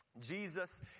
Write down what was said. Jesus